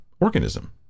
organism